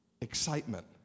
excitement